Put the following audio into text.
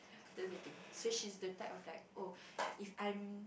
that's the thing so she's the type of like oh if I'm